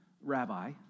rabbi